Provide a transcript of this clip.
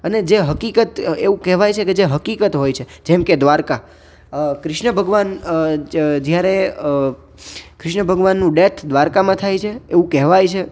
અને જે હકીકત એવું કહેવાય છે કે જે હકીકત હોય છે જેમ કે દ્વારિકા કૃષ્ણ ભગવાન જ્યારે કૃષ્ણ ભગવાનનું ડેથ દ્વારિકામાં થાય છે એવું કહેવાય છે